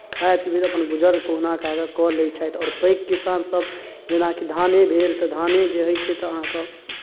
खाइत पिबैत अपन गुजर कोहुना कए कऽ कऽ लै छथि आओर पैघ किसानसभ जेनाकि धाने भेल तऽ धाने जे होइ छै तऽ अहाँके